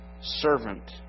servant